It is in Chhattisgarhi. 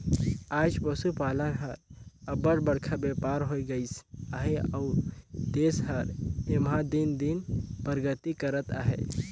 आएज पसुपालन हर अब्बड़ बड़खा बयपार होए गइस अहे अउ देस हर एम्हां दिन दिन परगति करत अहे